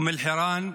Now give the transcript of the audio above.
אום אלחיראן,